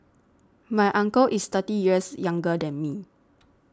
my uncle is thirty years younger than me